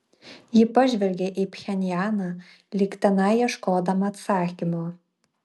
ji pažvelgė į pchenjaną lyg tenai ieškodama atsakymo